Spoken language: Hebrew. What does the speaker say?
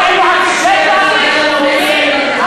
ליברמן.